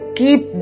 keep